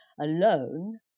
alone